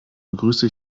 begrüße